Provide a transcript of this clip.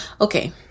Okay